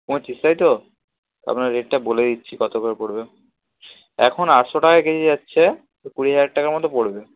পঁচিশ তাই তো আপনার রেটটা বলে দিচ্ছি কত করে পড়বে এখন আটশো টাকা কেজি যাচ্ছে কুড়ি হাজার টাকা মতো পড়বে